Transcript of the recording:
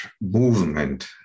movement